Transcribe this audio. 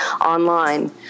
online